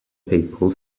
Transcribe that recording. people